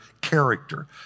character